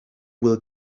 will